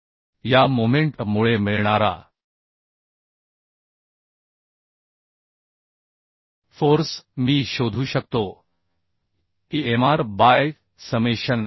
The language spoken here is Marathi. या मोमेंट मुळे मिळणारा फोर्स मी शोधू शकतो की mr बाय समेशन r